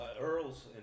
Earls